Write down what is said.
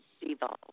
evolve